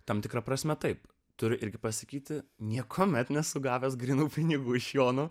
tam tikra prasme taip turiu irgi pasakyti niekuomet nesu gavęs grynų pinigų iš jono